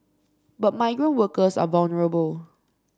but migrant workers are vulnerable